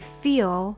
feel